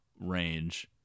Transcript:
range